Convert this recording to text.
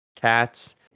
cats